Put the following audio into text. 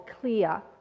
clear